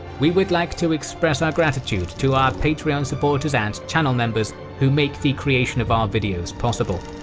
we would like to express our gratitude to our patreon supporters and channel members, who make the creation of our videos possible.